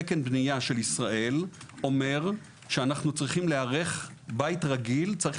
תקן בנייה של ישראל אומר שבית רגיל צריך